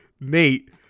Nate